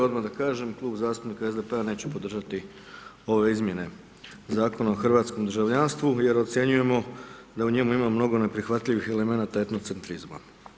Odmah da kažem, Klub zastupnika SDP-a neće podržati ove izmjene Zakona o hrvatskom državljanstvu, jer ocjenjujemo da u njemu ima mnogo neprihvatljivih elemenata etnocentrizma.